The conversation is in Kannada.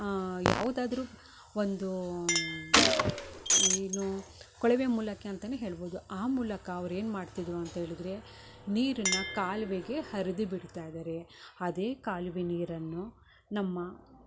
ಯಾವ್ದಾದರು ಒಂದು ಏನು ಕೊಳವೆ ಮೂಲಕ ಅಂತಾನೆ ಹೇಳ್ಬೋದು ಆ ಮೂಲಕ ಅವ್ರು ಏನು ಮಾಡ್ತಿದ್ದರು ಅಂತೇಳಿದರೆ ನೀರನ್ನ ಕಾಲುವೆಗೆ ಹರಿದು ಬಿಡ್ತಾ ಇದ್ದಾರೆ ಅದೆ ಕಾಲುವೆ ನೀರನ್ನು ನಮ್ಮ